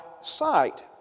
sight